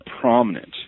prominent